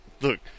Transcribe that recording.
Look